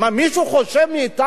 מישהו חושב מאתנו,